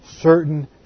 certain